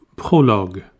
Prologue